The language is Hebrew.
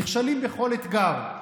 נכשלים בכל אתגר.